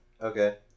okay